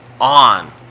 on